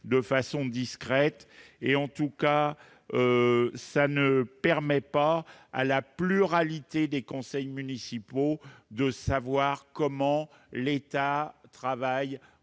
de façon discrète et en tout cas ça ne permet pas à la pluralité des conseils municipaux de savoir comment l'État travaille